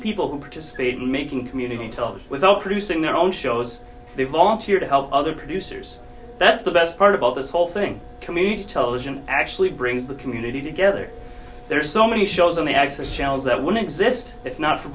people who participate in making community telling without producing their own shows they volunteer to help other producers that's the best part about this whole thing community television actually brings the community together there are so many shows on the access channels that one exist if not for